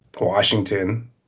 Washington